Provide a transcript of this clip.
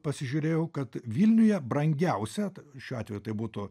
pasižiūrėjau kad vilniuje brangiausia šiuo atveju tai būtų